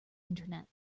internet